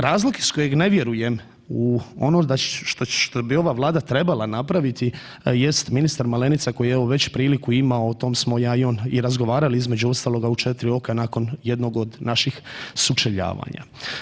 Razlog iz kojeg ne vjerujem u ono što bi ova vlada napraviti jest ministar Malenica koji je evo već priliku imao, o tom smo ja i on razgovarali između ostaloga u 4 oka nakon jednog od naših sučeljavanja.